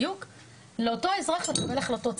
לאותו אזרח לקבל החלטות.